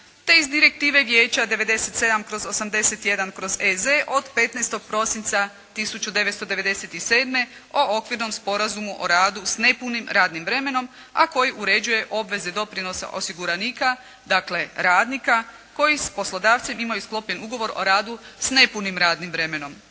te iz direktive Vijeća 97/81/EZ od 15. prosinca 1997. o Okvirnom sporazumom o radu s nepunim radnim vremenom a koji uređuje obveze i doprinose osiguranika, dakle, radnika, koji s poslodavcem imaju sklopljen ugovor o radu sa nepunim radnim vremenom.